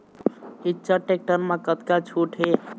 Eicher tractor म कतका छूट हे?